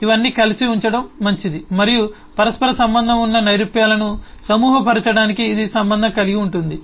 ఇవన్నీ కలిసి ఉంచడం మంచిది మరియు పరస్పర సంబంధం ఉన్న నైరూప్యాలను సమూహపరచడానికి ఇది సంబంధం కలిగి ఉంటుంది